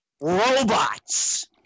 robots